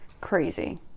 Crazy